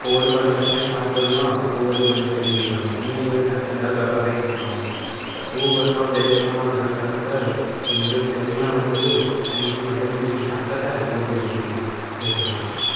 पो वरी पंद्रहं सेकेंड फास्ट भॼिणो आहे पोइ वरी पंज सेकेंड बिहु रहिणो आहे ईअं करे तव्हांखे ॾह दफ़ा ताईं ईअं करिणो आहे त उहो वर्कआउट जॾहिं खां मां करण चालू कयो त मुंहिंजो स्टेमिना वधी वियो ऐं मुंहिंजी भॼण जी जेकी ताक़त आहे उहो बि वधी वई जय झूलेलाल